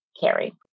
carry